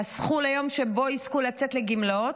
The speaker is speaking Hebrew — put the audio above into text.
חסכו ליום שבו יזכו לצאת לגמלאות,